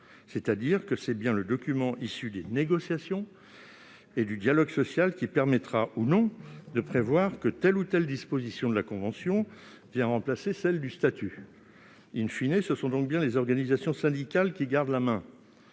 C'est donc bien le document issu des négociations et du dialogue social qui permettra de prévoir que telle ou telle disposition de la convention remplacera celle du statut, ou qui l'empêchera., ce sont donc bien les organisations syndicales qui gardent la main.